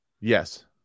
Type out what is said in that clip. Yes